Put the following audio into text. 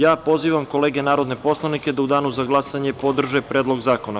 Ja pozivam kolege narodne poslanike da u danu za glasanje podrže predlog zakona.